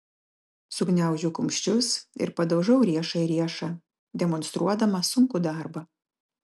sugniaužiu kumščius ir padaužau riešą į riešą demonstruodama sunkų darbą